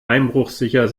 einbruchsicher